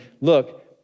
look